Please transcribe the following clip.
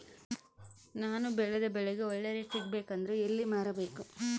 ನಾನು ಬೆಳೆದ ಬೆಳೆಗೆ ಒಳ್ಳೆ ರೇಟ್ ಸಿಗಬೇಕು ಅಂದ್ರೆ ಎಲ್ಲಿ ಮಾರಬೇಕು?